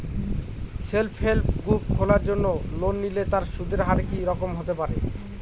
Self help group খোলার জন্য ঋণ নিলে তার সুদের হার কি রকম হতে পারে?